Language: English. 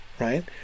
Right